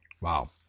Wow